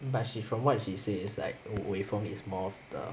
but she from what she says like wei feng is more of the